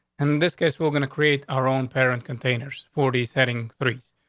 and in this case, we're gonna create our own parent containers forties, heading three.